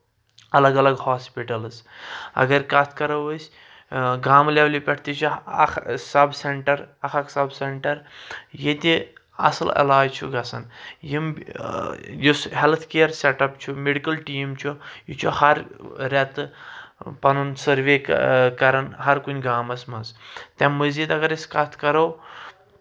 الگ الگ ہوسپِٹَلٕز اگر کَتھ کَرو أسۍ گامہٕ لیولہِ پؠٹھ تہِ چھِ اکھ سب سیٚنٹَر اکھ اکھ سب سؠنٹَر ییٚتہِ اَصٕل علاج چھُ گژھان یِم یُس ہیٚلتھ کِیر سیٹ اَپ چھُ میڈِکَل ٹیٖم چھُ یہِ چھُ ہر رؠتہٕ پَنُن سٔروے کران ہر کُنہِ گامَس منٛز تمہِ مٔزیٖد اگر أسۍ کَتھ کَرو